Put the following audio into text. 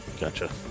Gotcha